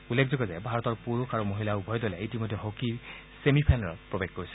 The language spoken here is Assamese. উল্লেখযোগ্য যে ভাৰতৰ পুৰুষ আৰু মহিলা উভয় দলে ইতিমধ্যে হকীৰ ছেমিফাইনেলত প্ৰৱেশ কৰিছে